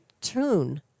tune